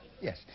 Yes